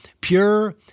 pure